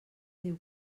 diu